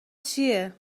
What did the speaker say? چیه